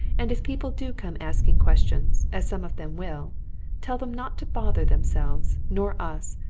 and if people do come asking questions as some of them will tell them not to bother themselves nor us.